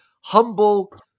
humble